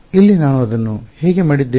ಇಲ್ಲಿ ನಾನು ಅದನ್ನು ಹೇಗೆ ಮಾಡಿದ್ದೇನೆ